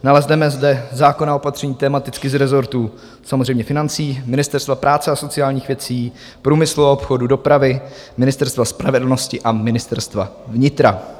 Nalezneme zde zákonná opatření tematicky z rezortů samozřejmě financí, Ministerstva práce a sociálních věcí, průmyslu a obchodu, dopravy, Ministerstva spravedlnosti a Ministerstva vnitra.